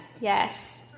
Yes